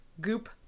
goop